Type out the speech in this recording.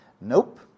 Nope